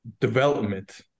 development